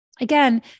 Again